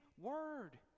word